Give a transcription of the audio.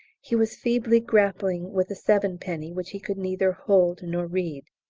he was feebly grappling with a sevenpenny which he could neither hold nor read.